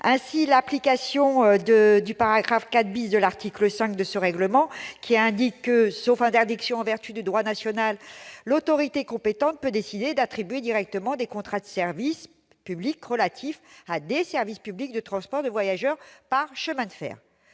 c'est l'application du paragraphe 4 de l'article 5 de ce règlement :« Sauf interdiction en vertu du droit national, l'autorité compétente peut décider d'attribuer directement des contrats de service public relatifs à des services publics de transport de voyageurs par chemins de fer